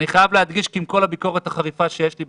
אני חייב להדגיש כי עם כל הביקורת החריפה שיש לי,